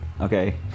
Okay